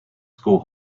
school